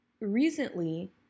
recently